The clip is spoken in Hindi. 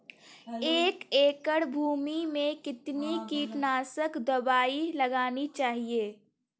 एक एकड़ भूमि में कितनी कीटनाशक दबाई लगानी चाहिए?